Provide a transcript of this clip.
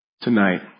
tonight